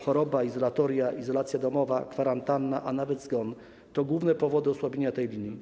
Choroba, izolatoria, izolacja domowa, kwarantanna, a nawet zgon - to główne powody osłabienia tej linii.